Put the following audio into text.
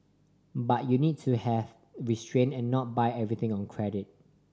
but you need to have restrain and not buy everything on credit